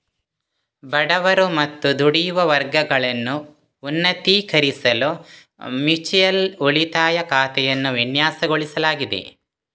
ಬಡವರು ಮತ್ತು ದುಡಿಯುವ ವರ್ಗಗಳನ್ನು ಉನ್ನತೀಕರಿಸಲು ಮ್ಯೂಚುಯಲ್ ಉಳಿತಾಯ ಖಾತೆಯನ್ನು ವಿನ್ಯಾಸಗೊಳಿಸಲಾಗಿದೆ